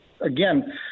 again